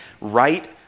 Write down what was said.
right